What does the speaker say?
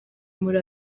muri